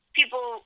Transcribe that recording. people